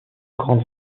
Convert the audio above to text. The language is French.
grandes